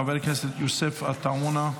חבר הכנסת יוסף עטאונה,